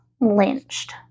lynched